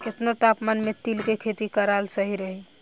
केतना तापमान मे तिल के खेती कराल सही रही?